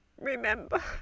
remember